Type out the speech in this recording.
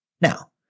Now